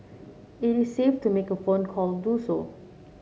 it is safe to make a phone call do so